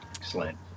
Excellent